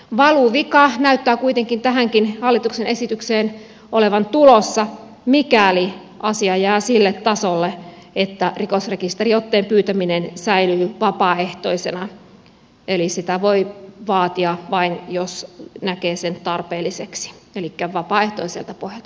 valuvika näyttää kuitenkin tähänkin hallituksen esitykseen olevan tulossa mikäli asia jää sille tasolle että rikosrekisteriotteen pyytäminen säilyy vapaaehtoisena eli sitä voi vaatia vain jos näkee sen tarpeelliseksi elikkä vapaaehtoiselta pohjalta